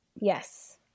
yes